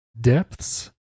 depths